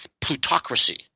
plutocracy